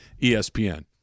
ESPN